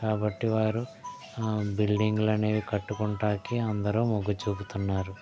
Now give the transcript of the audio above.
కాబట్టి వారు బిల్డింగులు అనేవి కట్టుకోవడానికి అందరూ మొగ్గు చూపుతున్నారు